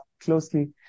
closely